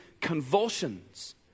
convulsions